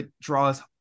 draws